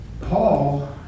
Paul